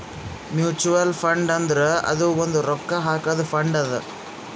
mutual fund ಅಂದುರ್ ಅದು ಒಂದ್ ರೊಕ್ಕಾ ಹಾಕಾದು ಫಂಡ್ ಅದಾ